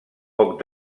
poc